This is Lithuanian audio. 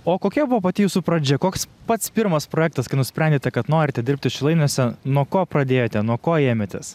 o kokia buvo pati jūsų pradžia koks pats pirmas projektas kai nusprendėte kad norite dirbti šilainiuose nuo ko pradėjote nuo ko ėmėtės